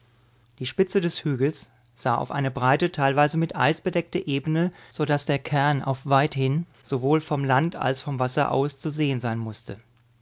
die spitze des hügels sah auf eine breite teilweise mit eis bedeckte ebene so daß der cairn auf weithin sowohl vom land als vom wasser aus zu sehen sein mußte